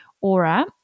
aura